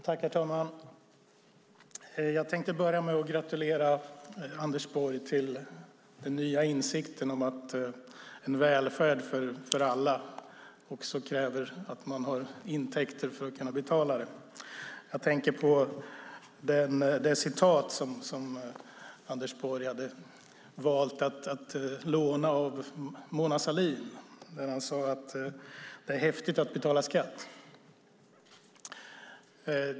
Herr talman! Jag tänkte börja med att gratulera Anders Borg till den nya insikten om att en välfärd för alla också kräver att man har intäkter för att kunna betala den. Jag tänker på det citat som Anders Borg hade valt att låna av Mona Sahlin, när han sade att det är häftigt att betala skatt.